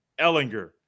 Ellinger